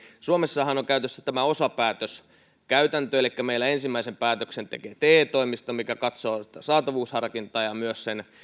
suomessahan on käytössä tämä osapäätöskäytäntö elikkä meillä ensimmäisen päätöksen tekee te toimisto joka katsoo saatavuusharkintaa ja myös